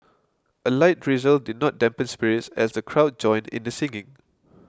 a light drizzle did not dampen spirits as the crowd joined in the singing